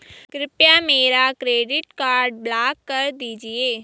कृपया मेरा credit card block कर दीजिए